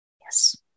Yes